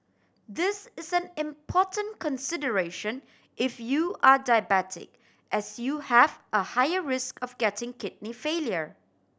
this is an important consideration if you are diabetic as you have a higher risk of getting kidney failure